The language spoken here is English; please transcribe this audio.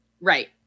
Right